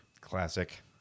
Classic